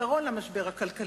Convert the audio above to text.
ואין בזה פתרון למשבר הכלכלי.